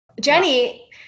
Jenny